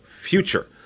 future